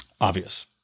Obvious